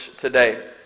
today